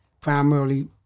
primarily